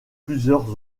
plusieurs